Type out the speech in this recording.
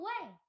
away